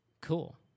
Cool